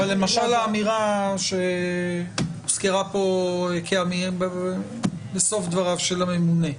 אבל למשל האמירה שהוזכרה פה בסוף דבריו של הממונה,